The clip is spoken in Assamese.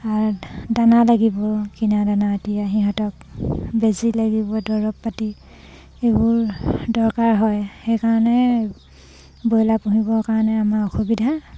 দানা লাগিব কিনা দানা সিহঁতক বেজী লাগিব দৰৱ পাতি এইবোৰ দৰকাৰ হয় সেইকাৰণে ব্ৰইলাৰ পুহিবৰ কাৰণে আমাৰ অসুবিধা